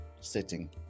sitting